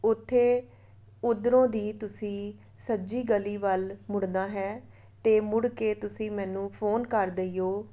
ਉੱਥੇ ਉੱਧਰੋਂ ਦੀ ਤੁਸੀਂ ਸੱਜੀ ਗਲੀ ਵੱਲ ਮੁੜਨਾ ਹੈ ਅਤੇ ਮੁੜ ਕੇ ਤੁਸੀਂ ਮੈਨੂੰ ਫੋਨ ਕਰ ਦਈਓ